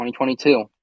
2022